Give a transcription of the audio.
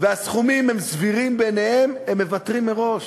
והסכומים הם סבירים בעיניהם, הם מוותרים מראש.